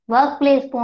Workplace